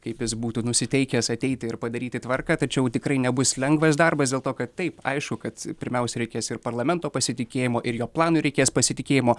kaip jis būtų nusiteikęs ateiti ir padaryti tvarką tačiau tikrai nebus lengvas darbas dėl to kad taip aišku kad pirmiausia reikės ir parlamento pasitikėjimo ir jo planui reikės pasitikėjimo